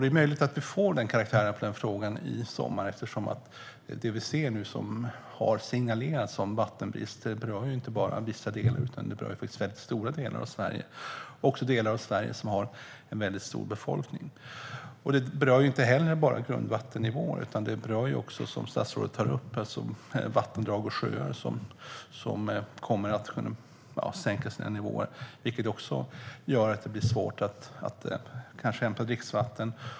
Det är möjligt att vi får den karaktären på frågan i sommar, eftersom de signaler som har kommit om vattenbrist inte bara rör vissa delar utan stora delar av Sverige och delar av Sverige som har en stor befolkning. Det berör inte heller bara grundvattennivån, utan det berör också, som statsrådet tar upp, vattendrag och sjöar som kommer att få sänkta nivåer, vilket också gör att det blir svårt att hämta dricksvatten.